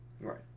Right